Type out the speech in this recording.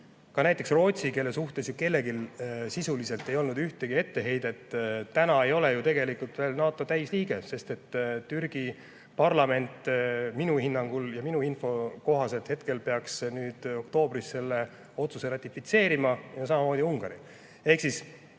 Ka näiteks Rootsi, kellele ju kellelgi sisuliselt ei olnud ühtegi etteheidet, ei ole tegelikult veel NATO täisliige. Türgi parlament minu hinnangul ja minu info kohaselt peaks nüüd oktoobris selle otsuse ratifitseerima, ja samamoodi Ungari. Ehk siis,